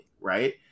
right